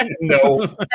No